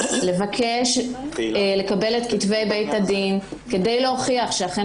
לבקש לקבל את כתבי בית הדין כדי להוכיח שאכן